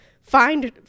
find